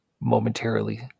momentarily